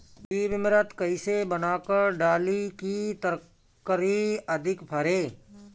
जीवमृत कईसे बनाकर डाली की तरकरी अधिक फरे?